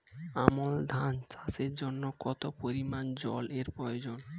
আমন ধান চাষের জন্য কত পরিমান জল এর প্রয়োজন?